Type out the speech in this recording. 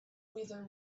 whether